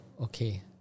Okay